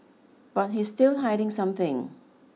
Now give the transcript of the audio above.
but he's still hiding something